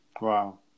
Wow